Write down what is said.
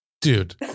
Dude